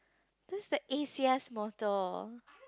that's the A_C_S motto